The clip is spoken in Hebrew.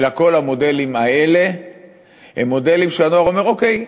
אלא כל המודלים האלה הם מודלים שהנוער אומר: אוקיי,